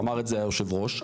ואמר את זה יושב הראש.